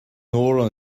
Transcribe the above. nóra